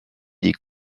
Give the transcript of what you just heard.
des